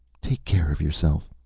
take care of yourself.